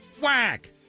Whack